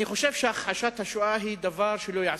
אני חושב שהכחשת השואה היא דבר שלא ייעשה.